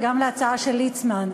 וגם להצעה של ליצמן.